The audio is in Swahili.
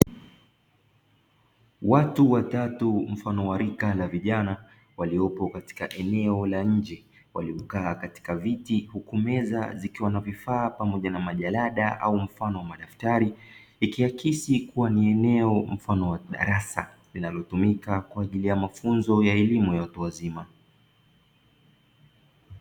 Watu watatu mfano wa rika la vijana waliopo katika eneo la nje waliokaa katika viti, huku meza zikiwa na vifaa pamoja na majarada au mfano wa madaftari ikiakisi kuwa ni eneo mfano wa darasa linalotumika kwa ajili ya mafunzo ya elimu ya watu wazima.